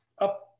up